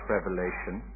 Revelation